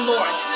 Lord